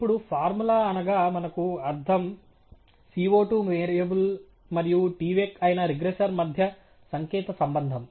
ఇప్పుడు ఫార్ములా అనగా మనకు అర్ధం CO2 వేరియబుల్ మరియు tvec అయిన రిగ్రెసర్ మధ్య సంకేత సంబంధం